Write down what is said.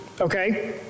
okay